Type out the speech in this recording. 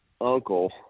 uncle